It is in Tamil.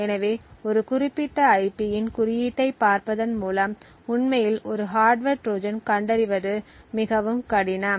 எனவே ஒரு குறிப்பிட்ட ஐபியின் குறியீட்டைப் பார்ப்பதன் மூலம் உண்மையில் ஒரு ஹார்ட்வர் ட்ரோஜன் கண்டறிவது மிகவும் கடினம்